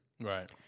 Right